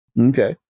Okay